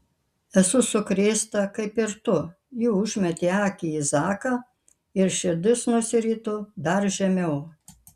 esu sukrėsta kaip ir tu ji užmetė akį į zaką ir širdis nusirito dar žemiau